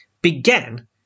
began